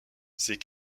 ses